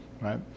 right